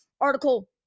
article